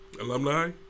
alumni